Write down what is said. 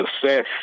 success